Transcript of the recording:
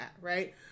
Right